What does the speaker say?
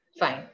Fine